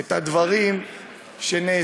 את הדברים שנעשו